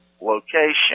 location